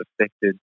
affected